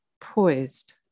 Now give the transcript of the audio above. poised